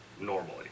normally